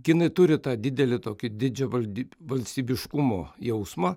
kinai turi tą didelį tokį dydžią valdy valstybiškumo jausmą